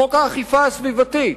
חוק האכיפה הסביבתית,